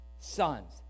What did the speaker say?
sons